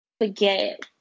forget